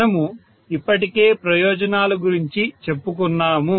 మనము ఇప్పటికే ప్రయోజనాలు గురించి చెప్పుకున్నాము